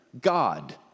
God